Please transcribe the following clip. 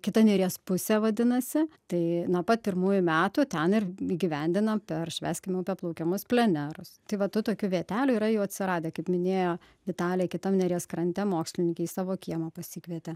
kita neries pusė vadinasi tai nuo pat pirmųjų metų ten ir įgyvendinam per švęskim upę plaukimus plenerus tai va tų tokių vietelių yra jau atsiradę kaip minėjo vitalija kitam neries krante mokslininkė į savo kiemą pasikvietė